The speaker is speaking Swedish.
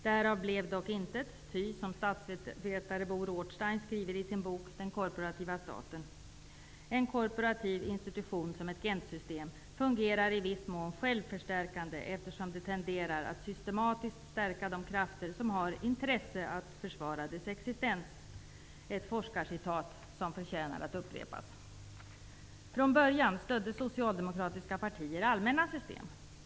Därav blev dock intet, ty -- som statsvetare Bo Rothstein skriver i sin bok Den korporativa staten -- ''en korporativ institution som ett Gentsystem fungerar i viss mån själförstärkande, eftersom det tenderar att systematiskt stärka de krafter som har intresse att försvara dess existens''. Det var ett forskarcitat som förtjänar att upprepas. Från början stödde socialdemokratiska partier allmänna system.